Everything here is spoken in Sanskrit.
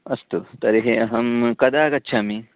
अस्तु तर्हि अहं कदा आगच्छामि